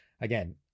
Again